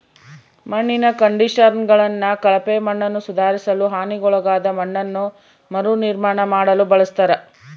ಮಣ್ಣಿನ ಕಂಡಿಷನರ್ಗಳನ್ನು ಕಳಪೆ ಮಣ್ಣನ್ನುಸುಧಾರಿಸಲು ಹಾನಿಗೊಳಗಾದ ಮಣ್ಣನ್ನು ಮರುನಿರ್ಮಾಣ ಮಾಡಲು ಬಳಸ್ತರ